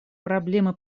проблемы